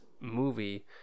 movie